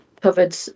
covered